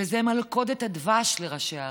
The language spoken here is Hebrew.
זו מלכודת דבש לראשי הערים,